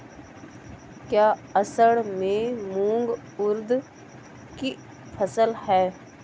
क्या असड़ में मूंग उर्द कि फसल है?